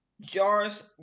Jars